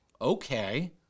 okay